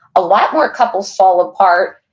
a lot more couples fall apart,